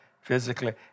physically